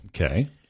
Okay